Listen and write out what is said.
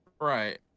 right